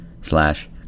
slash